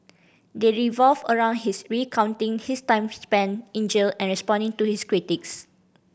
they revolve around his recounting his time spent in jail and responding to his critics